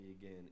again